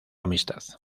amistad